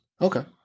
Okay